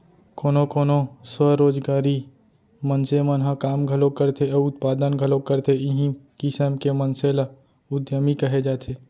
कोनो कोनो स्वरोजगारी मनसे मन ह काम घलोक करथे अउ उत्पादन घलोक करथे इहीं किसम के मनसे ल उद्यमी कहे जाथे